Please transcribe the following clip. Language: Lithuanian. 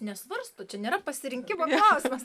nesvarsto čia nėra pasirinkimo klausimas